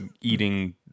eating